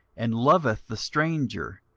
and loveth the stranger,